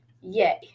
Yay